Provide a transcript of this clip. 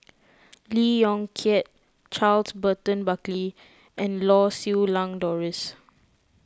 Lee Yong Kiat Charles Burton Buckley and Lau Siew Lang Doris